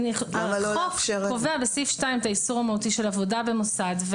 החוק קובע בסעיף 2 את האיסור המהותי של עבודה במוסד.